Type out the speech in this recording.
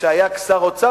כשהוא היה שר אוצר,